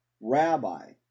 Rabbi